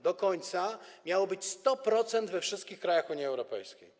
do końca, miało być 100% we wszystkich krajach Unii Europejskiej.